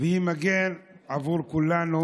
והיא מגן עבור כולנו,